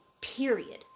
Period